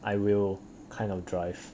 I will kind of drive